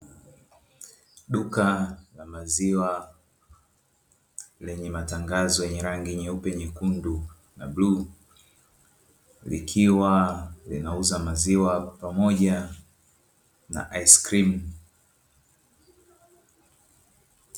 Duka la maziwa lenye matangazo yenye rangi nyeupe, nyekundu na bluu; likiwa linauza maziwa kwa pamoja na aiskrimu.